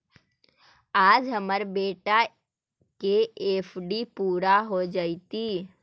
आज हमार बेटा के एफ.डी पूरा हो जयतई